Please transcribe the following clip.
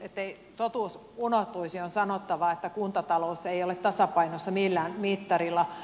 ettei totuus unohtuisi on sanottava että kuntatalous ei ole tasapainossa millään mittarilla